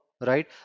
right